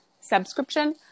subscription